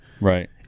right